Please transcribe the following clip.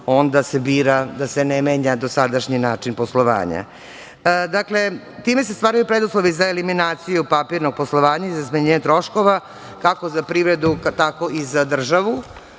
onda se bira da se ne menja dosadašnji način poslovanja. Dakle, time se stvaraju preduslovi za eliminaciju papirnog poslovanja i za smanjenje troškova, kako za privredu, tako i za državu. Ja